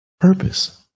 purpose